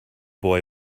boy